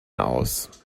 aus